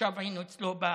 עכשיו היינו אצלו בלשכה,